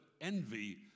envy